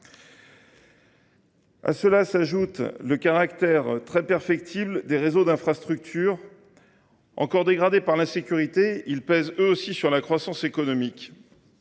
S’y ajoute le caractère très perfectible des réseaux d’infrastructures. Encore dégradés par l’insécurité, ils pèsent eux aussi sur la croissance économique.